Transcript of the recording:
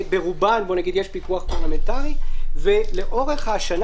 על רובן יש פיקוח פרלמנטרי ולאורך השנה